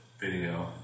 video